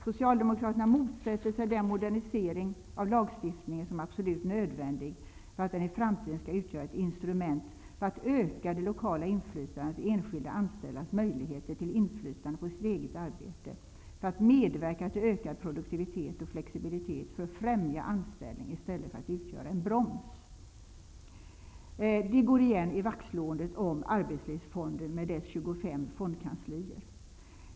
Socialdemokraterna motsätter sig den modernisering av lagstiftningen som är absolut nödvändig för att den i framtiden skall utgöra ett instrument för att öka det lokala inflytandet och de enskilda anställdas möjligheter till inflytande på sitt eget arbete, för att medverka till ökad produktivitet och flexibilitet, för att främja anställning i stället för att utgöra en broms. Detta går igen i vaktslåendet om arbetslivsfonden med dess 25 fondkanslier.